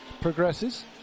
progresses